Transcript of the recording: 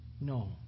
no